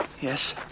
Yes